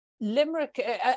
Limerick